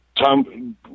Tom